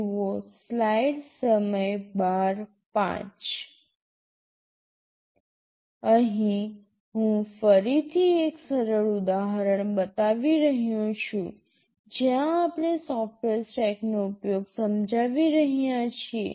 જુઓ સ્લાઇડ સમય ૧૨૦૫ અહીં હું ફરીથી એક સરળ ઉદાહરણ બતાવી રહ્યો છું જ્યાં આપણે સોફ્ટવેર સ્ટેકનો ઉપયોગ સમજાવી રહ્યા છીએ